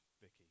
Vicky